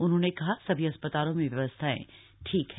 उन्होंने कहा सभी अस्पतालों में व्यवस्थाएं ठीक हैं